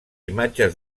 imatges